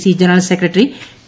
C general secretary P